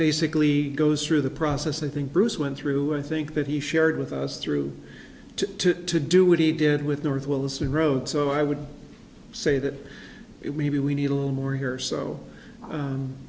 basically goes through the process i think bruce went through i think that he shared with us through to to do what he did with north wilson i wrote so i would say that maybe we need a little more here so